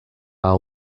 our